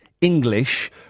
English